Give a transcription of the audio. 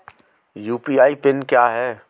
UPI pin क्या है?